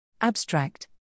Abstract